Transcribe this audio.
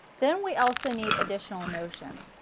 then we also need additional notions,